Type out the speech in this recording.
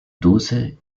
dose